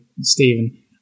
Stephen